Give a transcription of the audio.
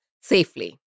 safely